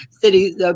city